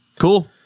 Cool